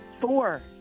Four